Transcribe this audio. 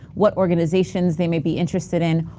what organizations they may be interested in,